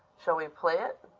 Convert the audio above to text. shall we play it?